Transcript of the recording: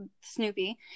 snoopy